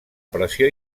pressió